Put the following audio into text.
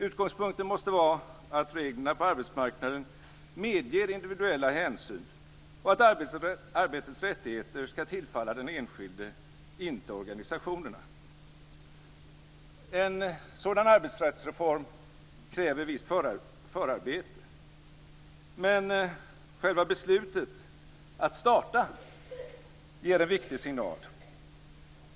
Utgångspunkten måste vara att reglerna på arbetsmarknaden medger individuella hänsyn och att arbetets rättigheter skall tillfalla den enskilde och inte organisationerna på arbetsmarknaden. En sådan arbetsrättsreform kräver visst förarbete. Men själva beslutet att starta detta ger en viktig signal.